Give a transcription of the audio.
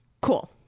Cool